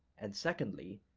and secondly,